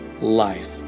life